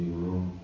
room